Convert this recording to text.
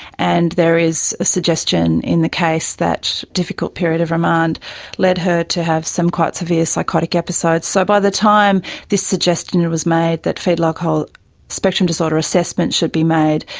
and there is a suggestion in the case that difficult period of remand led her to have some quite severe psychotic episodes. so by the time this suggestion was made, that foetal alcohol spectrum disorder assessments should be made,